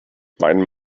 mein